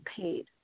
paid